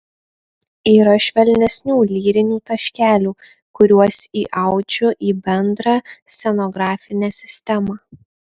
yra švelnesnių lyrinių taškelių kuriuos įaudžiu į bendrą scenografinę sistemą